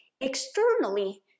Externally